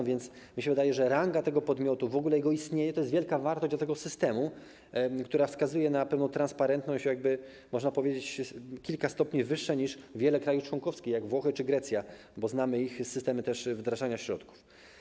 A więc mi się wydaje, że ranga tego podmiotu, w ogóle jego istnienie to jest wielka wartość dla tego systemu, która wskazuje na pewną transparentność, można powiedzieć, kilka stopni wyższą niż w wielu krajach członkowskich jak Włochy czy Grecja, bo znamy też ich systemy wdrażania środków.